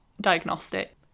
diagnostic